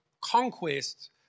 conquest